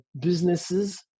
businesses